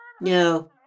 No